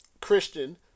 Christian